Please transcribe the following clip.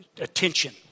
attention